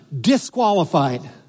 Disqualified